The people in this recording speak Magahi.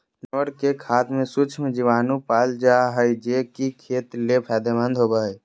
जानवर के खाद में सूक्ष्म जीवाणु पाल जा हइ, जे कि खेत ले फायदेमंद होबो हइ